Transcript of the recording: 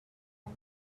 and